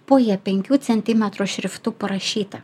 po ja penkių centimetrų šriftu parašyta